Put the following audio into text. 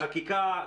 חקיקה,